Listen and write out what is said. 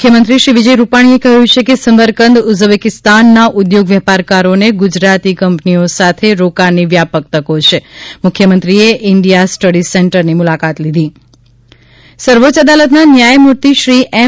મુખ્યમંત્રી શ્રી વિજય રૂપાણીએ કહ્યું છે કે સમરકંદ ઉઝબેકીસ્તાનના ઉદ્યોગ વેપારકારોને ગુજરાતી કંપનીઓ સાથે રોકાણની વ્યાપક તકો છે મુખ્યમંત્રીએ ઇન્ડિયા સ્ટડી સેન્ટરની મુલાકાત લીધી સર્વોચ્ય અદાલતના ન્યાયમૂર્તિ શ્રી એમ